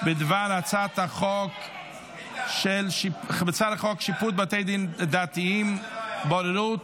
שהצעת החוק שיפוט בתי דין דתיים (בוררות)